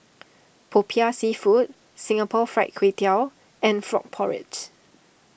Popiah Seafood Singapore Fried Kway Tiao and Frog Porridge